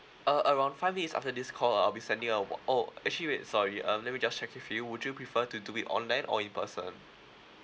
uh around five minutes after this call uh I'll be sending you a o~ oh actually wait sorry um let me just check with you would you prefer to do it online or in person